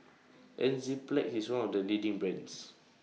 Enzyplex IS one of The leading brands